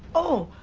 oh!